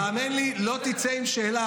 אני רוצה להשלים את הטיעון.